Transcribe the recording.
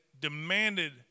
demanded